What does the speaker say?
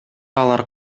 алар